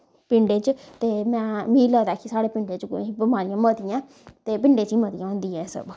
पिंड च मीं लगदा कि साढ़ै पिंडे च किश बमारियां मतियां ऐं ते पिंडें च मतियां होंदियां न सब